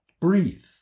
Breathe